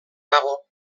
dago